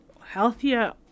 healthier